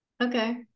Okay